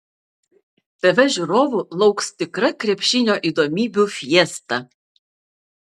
tv žiūrovų lauks tikra krepšinio įdomybių fiesta